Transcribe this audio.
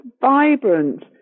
vibrant